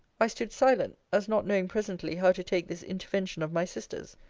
i stood silent, as not knowing presently how to take this intervention of my sister's.